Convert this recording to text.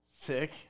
Sick